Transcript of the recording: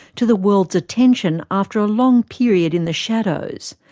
to the world's attention after a long period in the shadows.